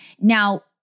Now